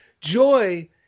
Joy